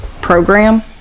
program